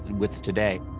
with today.